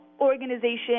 organization